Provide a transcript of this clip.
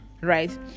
right